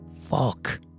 fuck